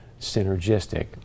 synergistic